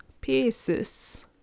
Pieces